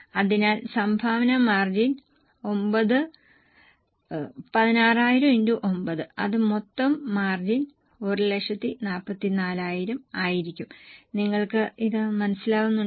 അതിനാൽ സംഭാവന margin 9 16000 x 9 അത് മൊത്തം മാർജിൻ 144000 ആയിരിക്കും നിങ്ങൾക്ക് അത് മനസിലാകുന്നുണ്ടോ